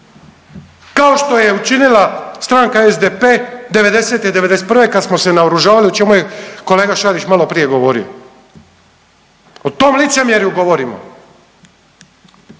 Kao što je učinila SDP '90., '91. kad smo se naoružavali o čemu je kolega Šarić malo prije govorio. O tom licemjeru govorimo,